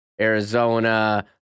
Arizona